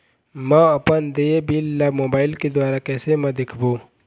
म अपन देय बिल ला मोबाइल के द्वारा कैसे म देखबो?